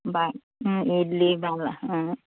বা ইডলি বা